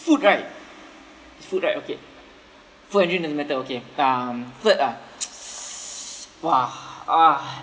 food right is food right okay food and drink doesn't matter okay um third ah !wah! ah